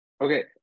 Okay